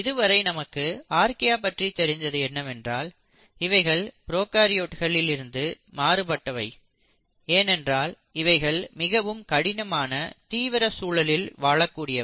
இதுவரை நமக்கு ஆர்கியா பற்றி தெரிந்தது என்னவென்றால் இவைகள் ப்ரோகாரியோட்களில் இருந்து மாறுபட்டவை ஏனென்றால் இவைகள் மிகவும் கடினமான தீவிர சூழலில் வாழக்கூடியவை